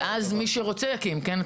ואז מי שרוצה יקים, כן?